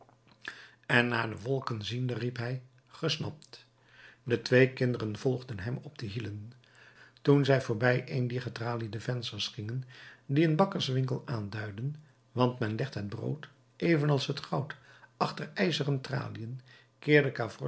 en naar de wolken ziende riep hij gesnapt de twee kinderen volgden hem op de hielen toen zij voorbij een dier getraliede vensters gingen die een bakkerswinkel aanduiden want men legt het brood evenals het goud achter ijzeren traliën